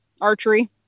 archery